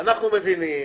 אנחנו מבינים